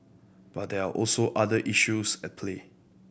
but there are also other issues at play